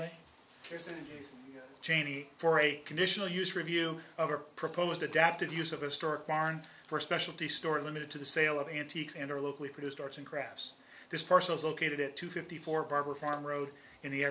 a cheney for a conditional use review of our proposed adapted use of a store barn for specialty store limited to the sale of antiques and or locally produced arts and crafts this person is located at two fifty four barber farm road in the